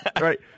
Right